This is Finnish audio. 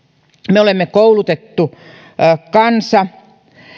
me olemme koulutettu kansa